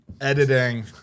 Editing